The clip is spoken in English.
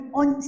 on